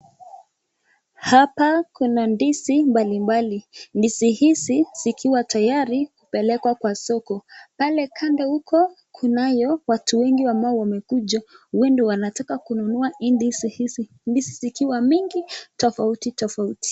Hapa kuna ndizi mbali mbali, ndizi hizi zikiwa tayari kupelekwa kwa soko, pale kando kunayo, watu wengi ambao wamekuja wanataka kununua hizi ndizi zikiwa mingi tofauti tofauti.